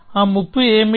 ఆ ముప్పు ఏమిటి